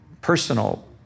personal